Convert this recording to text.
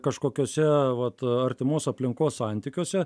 kažkokiose vat artimos aplinkos santykiuose